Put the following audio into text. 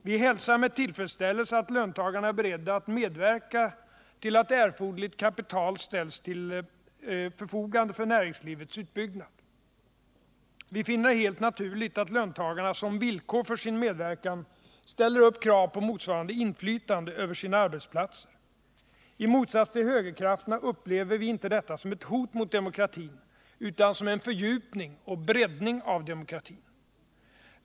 Vi hälsar med tillfredsställelse att löntagarna är beredda att medverka till att erforderligt kapital ställs till förfogande för näringslivets utbyggnad. Vi finner det helt naturligt att löntagarna som villkor för sin medverkan ställer upp krav på motsvarande inflytande över sina arbetsplatser. I motsats till högerkrafterna upplever vi inte detta som ett hot mot demokratin utan som en fördjupning och breddning av demokratin.